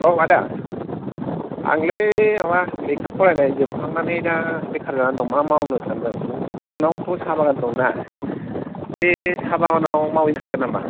औ आदा आंलै माबा लेखा फरायनाय जोबखांनानै दा बेखार जानानै दं दा मा मावनो सानदों नोंनावथ' साहा बागान दंना बे साहा बागानाव मावहैनो हागोन नामा